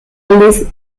aldiz